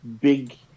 big